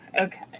Okay